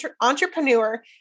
entrepreneur